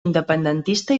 independentista